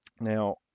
Now